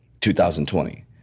2020